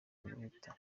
guhita